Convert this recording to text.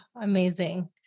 Amazing